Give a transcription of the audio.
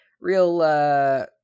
real